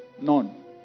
None